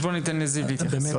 אז בוא ניתן לזיו להתייחס.